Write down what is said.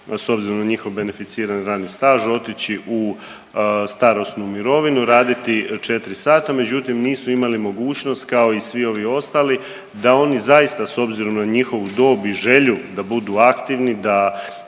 s obzirom na njihov beneficirani radni staž otići u starosnu mirovinu, raditi 4 sata. Međutim, nisu imali mogućnost kao i svi ovi ostali da oni zaista s obzirom na njihovu dob i želju da budu aktivni, da